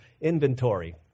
inventory